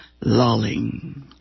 lolling